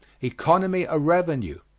economy a revenue.